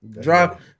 Drop